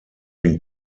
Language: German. den